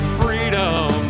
freedom